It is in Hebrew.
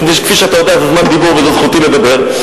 כפי שאתה יודע, זה זמן דיבור, וזאת זכותי לדבר.